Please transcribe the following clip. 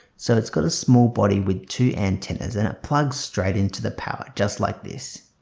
so it's got a small body with two antennas and it plugs straight into the power just like this